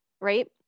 right